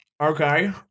Okay